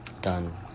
Done